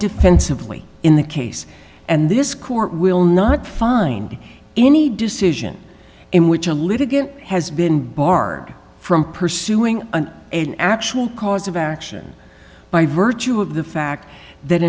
defensively in the case and this court will not find any decision in which a litigant has been barred from pursuing an actual cause of action by virtue of the fact that